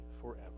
forever